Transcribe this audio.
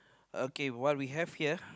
okay what we have here